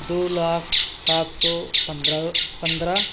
دو لاکھ سات سو پندرہ پندرہ